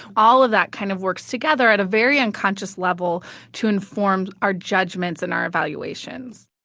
all of that kind of works together at a very unconscious level to inform our judgments and our evaluations.